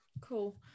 Cool